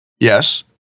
Yes